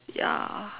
ya